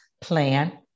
plan